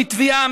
מטביעה,